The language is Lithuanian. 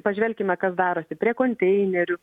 pažvelkime kas darosi prie konteinerių